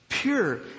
Pure